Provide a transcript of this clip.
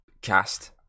cast